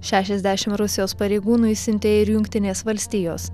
šešiasdešim rusijos pareigūnų išsiuntė ir jungtinės valstijos